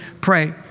pray